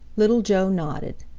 little joe nodded.